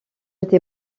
été